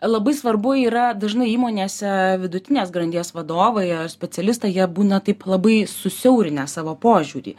labai svarbu yra dažnai įmonėse vidutinės grandies vadovai ar specialistai jie būna taip labai susiaurinę savo požiūrį